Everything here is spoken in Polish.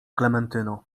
klementyno